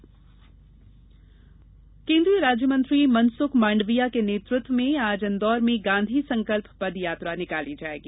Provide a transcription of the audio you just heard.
गांधी संकल्प यात्रा केन्द्रीय राज्य मंत्री मनसुख मांडविया के नेतृत्व में आज इंदौर में गांधी संकल्प पद यात्रा निकाली जायेगी